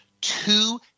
two